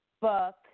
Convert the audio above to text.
book